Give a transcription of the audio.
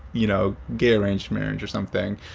you know, get arranged marriage or something,